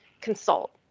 consult